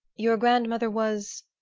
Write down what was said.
your grandmother was?